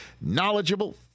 knowledgeable